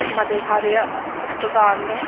मते सारे अस्पताल न